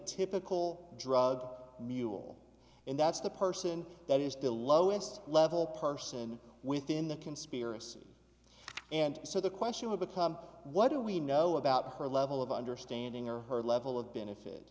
typical drug mule and that's the person that is the lowest level person within the conspiracy and so the question will become what do we know about her level of understanding or her level of benefit